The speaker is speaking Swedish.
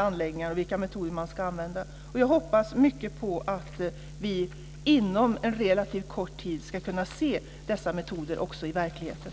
anläggningar och deras verksamhet. Jag hoppas mycket på att vi inom en relativt kort tid ska kunna se dessa metoder också i verkligheten.